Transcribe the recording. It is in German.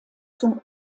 zum